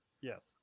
Yes